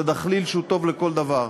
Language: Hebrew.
זה דחליל שהוא טוב לכל דבר.